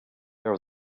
there